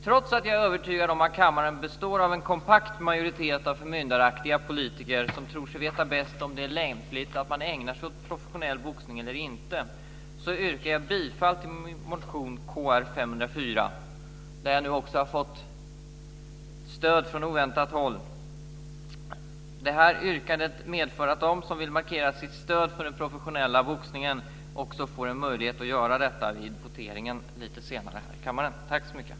Trots att jag är övertygad om att kammaren består av en kompakt majoritet av förmyndaraktiga politiker som tror sig veta bäst om det är lämpligt att man ägnar sig åt professionell boxning eller inte yrkar jag bifall till min motion Kr504 - jag har ju nu fått stöd från oväntat håll. Yrkandet medför att de som vill markera sitt stöd för den professionella boxningen får en möjlighet till det vid voteringen senare här i kammaren.